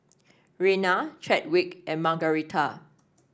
Rena Chadwick and Margaretha